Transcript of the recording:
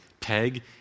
peg